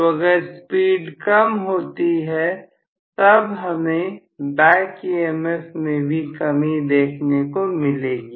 तो अगर स्पीड कम होती है तब हमें बैक EMF में भी कमी देखने को मिलेगी